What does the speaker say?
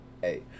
hey